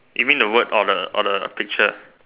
you mean the word or the or the picture